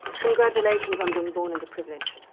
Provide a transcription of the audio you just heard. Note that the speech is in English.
congratulations on being born into privilege.